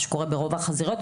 מה שקורה ברוב החזיריות,